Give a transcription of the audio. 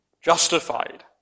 Justified